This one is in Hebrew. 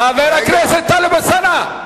חבר הכנסת טלב אלסאנע,